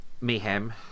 Mayhem